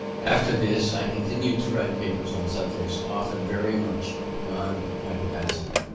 after this i continued to write papers on subjects often very much beyond my capacity,